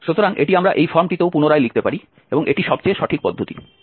সুতরাং এটি আমরা এই ফর্মটিতেও পুনরায় লিখতে পারি এবং এটি সবচেয়ে সঠিক পদ্ধতি